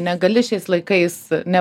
negali šiais laikais ne